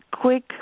quick